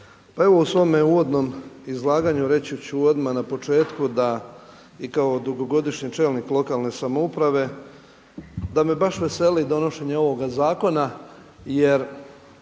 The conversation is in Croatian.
Pa evo u svome uvodnom izlaganju reći ću odmah na početku da i kao dugogodišnji čelnik lokalne samouprave, da me baš veseli donošenje ovoga zakona jer